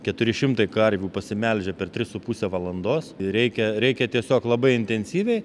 keturi šimtai karvių pasimelžia per tris su puse valandos ir reikia reikia tiesiog labai intensyviai